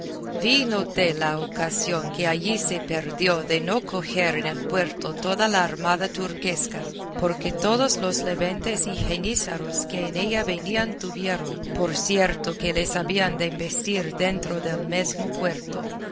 y noté la ocasión que allí se perdió de no coger en el puerto toda el armada turquesca porque todos los leventes y jenízaros que en ella venían tuvieron por cierto que les habían de embestir dentro del mesmo puerto